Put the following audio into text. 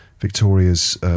Victoria's